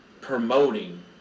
promoting